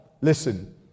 listen